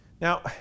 Now